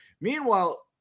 meanwhile